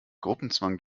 gruppenzwang